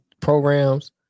programs